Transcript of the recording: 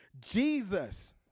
Jesus